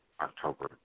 October